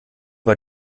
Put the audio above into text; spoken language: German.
war